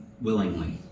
willingly